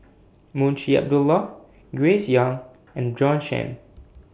Munshi Abdullah Grace Young and Bjorn Shen